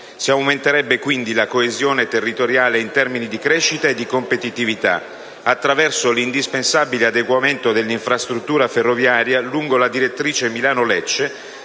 Si aumenterebbe quindi la coesione territoriale in termini di crescita e competitività. Attraverso l'indispensabile adeguamento dell'infrastruttura ferroviaria lungo la direttrice Milano-Lecce